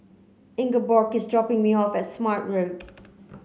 Ingeborg is dropping me off at Smart Road